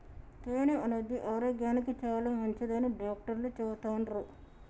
తేనె అనేది ఆరోగ్యానికి చాలా మంచిదని డాక్టర్లు చెపుతాన్రు